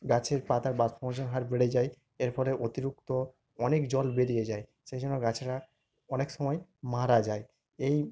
গাছের পাতায় বাষ্পমোচন হার বেড়ে যায় এর ফলে অতিরিক্ত অনেক জল বেরিয়ে যায় সেই জন্য গাছেরা অনেক সময় মারা যায় এই